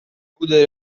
chiudere